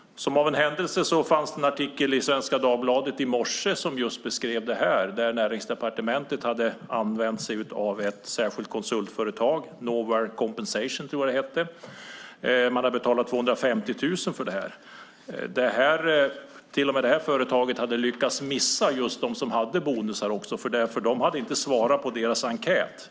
Som av en händelse fanns en artikel i Svenska Dagbladet i morse som beskrev just att Näringsdepartementet hade använt sig av ett särskilt konsultföretag, Novare Compensation. Man hade betalat 250 000 kronor för det här. Men företaget hade till och med lyckats missa just dem som hade bonusar, för de hade inte svarat på enkäten.